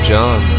John